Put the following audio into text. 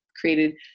created